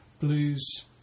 blues